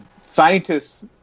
Scientists